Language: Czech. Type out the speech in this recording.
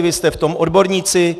Vy jste v tom odborníci.